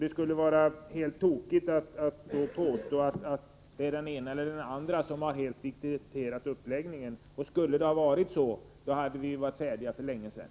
Det skulle vara alldeles tokigt att påstå att det är den ene eller andre som helt har dikterat uppläggningen. Skulle det ha varit så som Jan Fransson påstår, då hade vi varit färdiga för länge sedan.